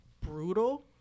brutal